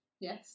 Yes